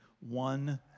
one